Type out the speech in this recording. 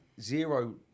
zero